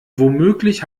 womöglich